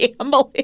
gambling